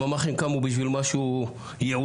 הממ"חים קמו בשביל משהו ייעודי,